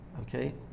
okay